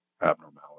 abnormality